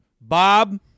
Bob